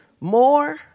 more